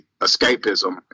escapism